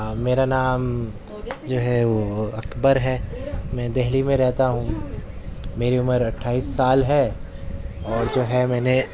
میرا نام جو ہے وہ اکبر ہے میں دہلی میں رہتا ہوں میری عمر اٹھائیس سال ہے اور جو ہے میں نے